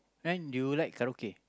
then do you like karaoke